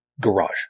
garage